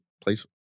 place